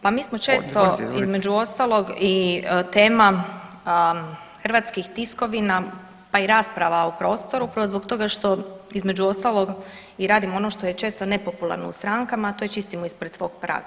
Pa mi smo često, između ostalog i tema hrvatskih tiskovina pa i rasprava u prostoru upravo zbog toga što zbog, između ostalog, i radimo ono što je često nepopularno u strankama, a to je čistimo ispred svog praga.